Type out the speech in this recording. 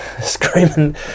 screaming